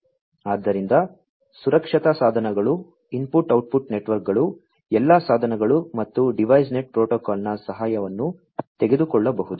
ಆದ್ದರಿಂದ ಸುರಕ್ಷತಾ ಸಾಧನಗಳು ಇನ್ಪುಟ್ ಔಟ್ಪುಟ್ ನೆಟ್ವರ್ಕ್ಗಳು ಎಲ್ಲಾ ಸಾಧನಗಳು ಮತ್ತು DeviceNet ಪ್ರೋಟೋಕಾಲ್ನ ಸಹಾಯವನ್ನು ತೆಗೆದುಕೊಳ್ಳಬಹುದು